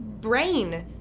brain